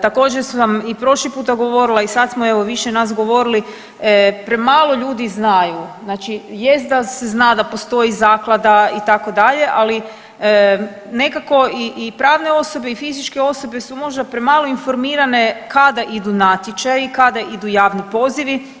Također, sam i prošli puta govorila i sad smo evo više nas govorili, premalo ljudi znaju, znači jest da se zna da postoji Zaklada, itd., ali nekako i pravne osobe i fizičke osobe su možda premalo informirane kada idu natječaji, kada idu javni pozivi.